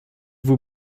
vous